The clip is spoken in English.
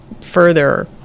further